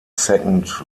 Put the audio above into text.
second